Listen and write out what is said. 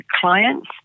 clients